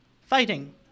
fighting